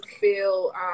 feel